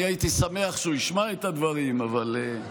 אני הייתי שמח שהוא ישמע את הדברים, אבל טוב.